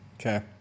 Okay